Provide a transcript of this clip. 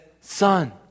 son